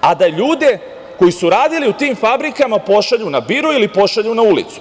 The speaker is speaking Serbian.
a da ljude koji su radili u tim fabrikama pošalju na biro ili pošalju na ulicu.